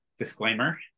disclaimer